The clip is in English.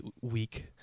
week